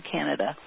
Canada